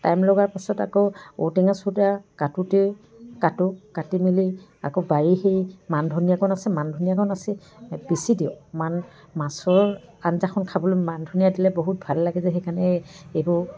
time লগা পাছত আকৌ ঔটেঙা চৌটেঙা কাটোঁতে কাটোঁ কাটি মেলি আকৌ বাৰী সেই মান ধনিয়াকণ আছে মান ধনিয়াকণ আছে পিছি দিওঁ মান মাছৰ আঞ্জাখন খাবলৈ মান ধনিয়া দিলে বহুত ভাল লাগে যে সেইকাৰণে এইবোৰ